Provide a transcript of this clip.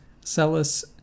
Celis